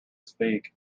speak